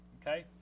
okay